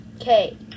okay